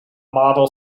model